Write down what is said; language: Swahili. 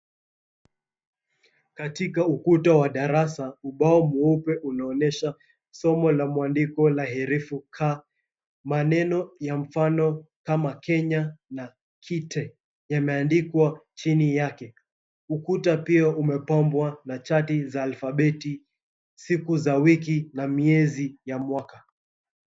Katika ukuta wa darasa, ubao mweupe unaonyesha somo la mwandiko la herufi K. Maneno ya mfano kama Kenya na kite yameandikwa chini yake. Ukuta pia umepambwa na chati za alfabeti, siku za wiki na miezi ya mwaka.